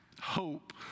hope